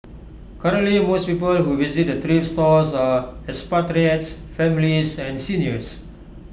currently most people who visit the thrift stores are expatriates families and seniors